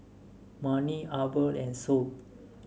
Manie Arvel and Saul